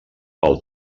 pel